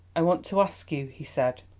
i want to ask you, he said,